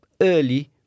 early